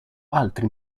altri